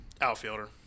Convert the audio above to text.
Outfielder